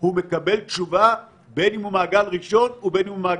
כתוצאה מאיכוני שב"כ - היא הנותנת.